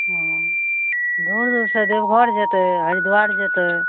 हँ दूर दूरसँ देवघर जेतय हरिद्वार जेतय